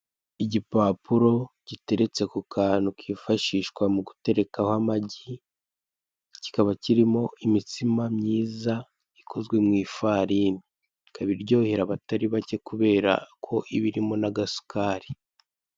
Igipapuro giteretse ku kantu kifashishwa mu guterekaho amagi, kikaba kirimo imitsima myiza ikozwe mu ifarini, ikaba iryohera abatari bake kubera ko iba irimo n'agasukari.